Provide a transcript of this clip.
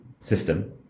system